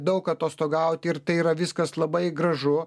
daug atostogauti ir tai yra viskas labai gražu